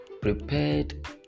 prepared